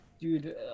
Dude